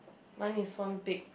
one is from big